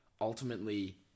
ultimately